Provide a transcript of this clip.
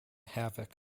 havoc